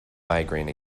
migraine